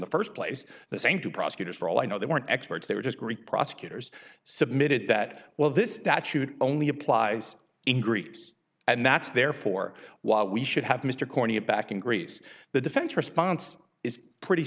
the first place the same two prosecutors for all i know they weren't experts they were just greek prosecutors submitted that well this only applies in greeks and that's therefore why we should have mr cornea back in greece the defense response is pretty